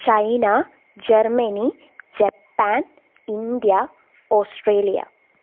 China Germany Japan India Australia